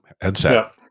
headset